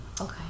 Okay